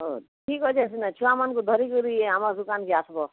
ହଁ ଠିକ୍ ଅଛେ ସେନେ ଛୁଆମାନ୍ଙ୍କୁ ଧରିକିରି ଏ ଆମ ଦୁକାନ୍କେ ଆସ୍ବ